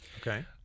Okay